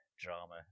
drama